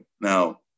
Now